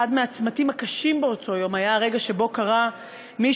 אחד מהצמתים הקשים באותו יום היה הרגע שבו קרא מישהו,